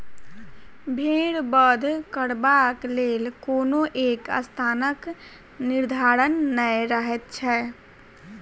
भेंड़ बध करबाक लेल कोनो एक स्थानक निर्धारण नै रहैत छै